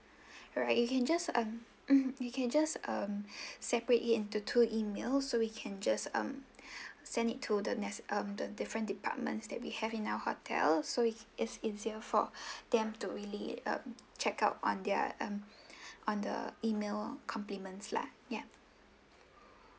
alright you can just mm mmhmm you can just um separate it into two emails so we can just um send it to the ne~ um the different departments that we have in our hotel so it's easier for them to really um check out on their um on the email compliments lah ya